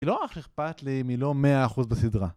אני לא אכפת לי אם היא לא מאה אחוז בסדרה.